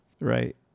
Right